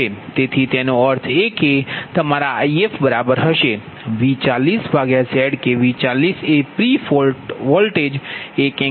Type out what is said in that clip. તેથી તેનો અર્થ એ કે એ તમારા If બરાબર હશે V40Zકે V40 એ પ્રિ ફોલ્ટ વોલ્ટેજ 1∠0j0